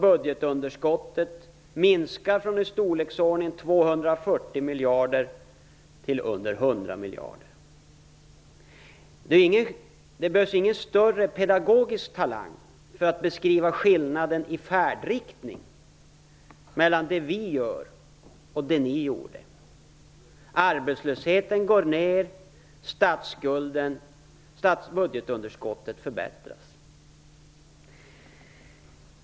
Budgetunderskottet minskar från i storleksordningen 240 Det behövs ingen större pedagogisk talang för att beskriva skillnaden i färdriktning mellan det vi gör och det ni gjorde. Arbetslösheten går nu ner. När det gäller statsbudgetunderskottet blir det en förbättring.